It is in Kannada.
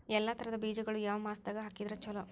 ಎಲ್ಲಾ ತರದ ಬೇಜಗೊಳು ಯಾವ ಮಾಸದಾಗ್ ಹಾಕಿದ್ರ ಛಲೋ?